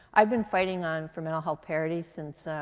i've been fighting on for mental health parity since